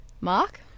Mark